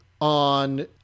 on